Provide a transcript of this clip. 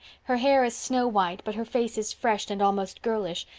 her hair is snow-white but her face is fresh and almost girlish,